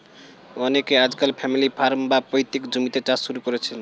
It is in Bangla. অনেকে আজকাল ফ্যামিলি ফার্ম, বা পৈতৃক জমিতে চাষ শুরু করেছেন